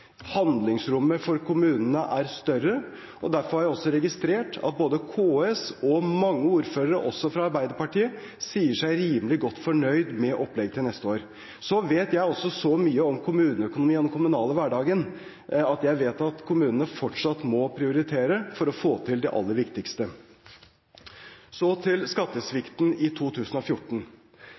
Handlingsrommet for kommunene er større, og derfor har jeg også registrert at både KS og mange ordførere – også fra Arbeiderpartiet – sier seg rimelig godt fornøyd med opplegget til neste år. Jeg vet også så mye om kommuneøkonomi og den kommunale hverdagen at jeg vet at kommunene fortsatt må prioritere for å få til det aller viktigste. Så til skattesvikten i 2014.